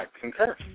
concur